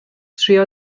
trio